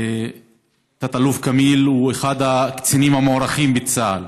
תת-אלוף כמיל הוא אחד הקצינים המוערכים בצה"ל,